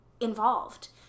involved